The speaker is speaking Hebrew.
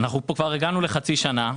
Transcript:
אנחנו הגענו לחצי שנה,